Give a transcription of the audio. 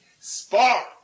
spark